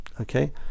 Okay